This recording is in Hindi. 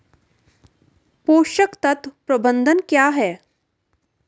पोषक तत्व प्रबंधन क्या है?